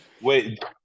wait